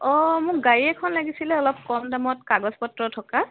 অঁ মোক গাড়ী এখন লাগিছিলে অলপ কম দামত কাগজ পত্ৰ থকা